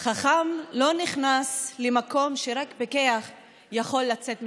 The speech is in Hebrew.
חכם לא נכנס למקום שפיקח יכול לצאת ממנו.